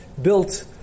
built